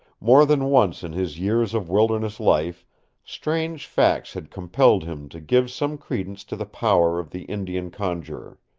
more than once in his years of wilderness life strange facts had compelled him to give some credence to the power of the indian conjurer.